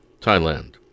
Thailand